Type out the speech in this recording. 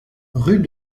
rue